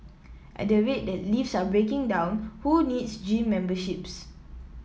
at the rate that lifts are breaking down who needs gym memberships